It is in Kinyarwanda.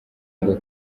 ngo